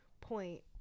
point